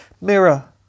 Mirror